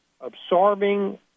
absorbing